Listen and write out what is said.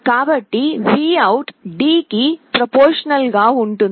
కాబట్టి V OUT D కి ప్రొఫార్మాషనల్ గా ఉంటుంది